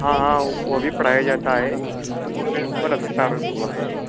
हाँ हाँ वह भी पढ़ाया जाता है वह लेभल अभी प्रारंभ हुआ है